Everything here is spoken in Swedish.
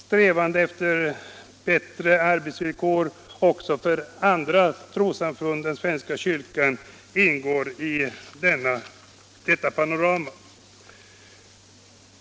Strävanden efter bättre arbetsvillkor även för andra trossamfund än svenska kyrkan ingår i detta panorama.